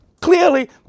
clearly